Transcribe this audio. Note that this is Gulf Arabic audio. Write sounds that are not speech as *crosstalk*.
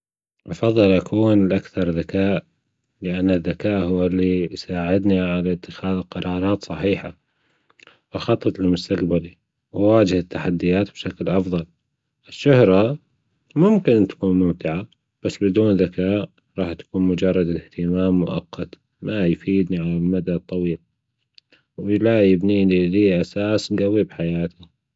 أفضل أن أكون الأكثرذكاء لأنة الذكاء هو اللى يساعدنى على أتخاذ قرارات صحيحة وأخطط لمستجبلى وأواجة التحديات بشكل أفضل الشهرة ممكن تكون ممتعه بس بدون ذكاء راح تكون اهتمام مؤقت ما يفيدنى على المدا الطويل ولا يبنيلى أى أساس. *hesitation* حياتى